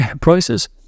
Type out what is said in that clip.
prices